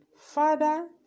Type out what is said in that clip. Father